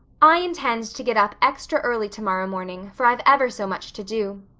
i intend to get up extra early tomorrow morning, for i've ever so much to do,